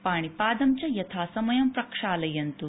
पाणिपादं च यथासमयं प्रक्षालयन्तु